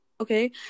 Okay